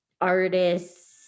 artists